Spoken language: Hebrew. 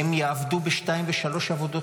הן יעבדו בשתיים ושלוש עבודות,